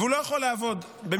והוא לא יכול לעבוד במקצועו,